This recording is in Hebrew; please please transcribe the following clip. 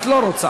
את לא רוצה.